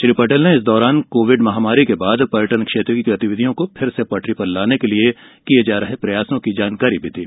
श्री पटेल ने कोविड महामारी के बाद पर्यटन क्षेत्र की गतिविधियों को फिर से पटरी पर लाने के लिए किये जा रहे प्रयासों की जानकारी दी